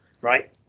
right